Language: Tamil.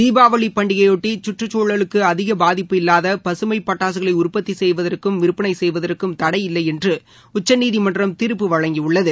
தீபாவளி பண்டிகையையாட்டி கற்றுச்சூழலுக்கு அதிக பாதிப்பு இல்லாத பகமை பட்டாககளை உற்பத்தி செய்வதற்கும் விற்பனை செய்வதற்கும் தடை இல்லை என்று உச்சநீதிமன்றம் தீாப்பு வழங்கியுள்ளது